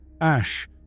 Ash